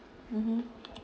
mmhmm